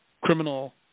criminal